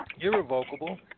Irrevocable